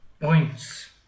points